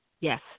Yes